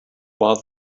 about